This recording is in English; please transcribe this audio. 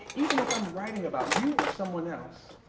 even if i'm writing about you or someone else,